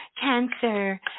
Cancer